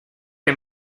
que